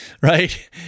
right